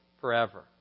forever